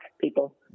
people